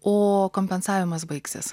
o kompensavimas baigsis